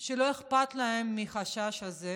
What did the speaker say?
שלא אכפת להן מהחשש הזה,